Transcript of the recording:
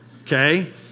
Okay